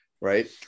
Right